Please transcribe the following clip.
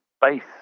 base